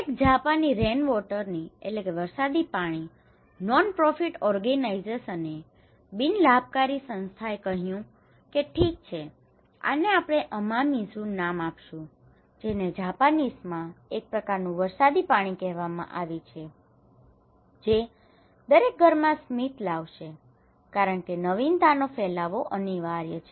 એક જાપાની રેનવોટરની rainwater વરસાદી પાણી નોન પ્રોફિટ ઓર્ગનાઇઝેશનએ non profit organization બિન લાભકારી સંસ્થા કહ્યું કે ઠીક છે આને આપણે અમામિઝુ નામ આપશું જેને જાપાનીઝમાં એક પ્રકારનું વરસાદી પાણી કહેવામાં આવે છે જે દરેક ઘરમાં સ્મિત લાવશે કારણ કે નવીનતાનો ફેલાવો અનિવાર્ય છે